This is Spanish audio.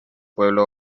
pueblo